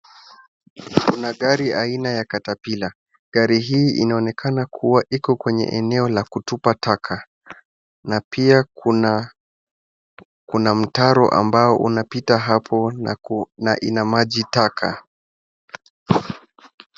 Kuna gari aina ya Caterpillar. Gari hii inaonekana kuwa iko kwenye eneo la kutupa taka, na pia kuna, kuna mtaro ambao unapita hapo na ku, na ina maji taka.